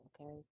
Okay